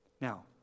Now